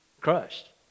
crushed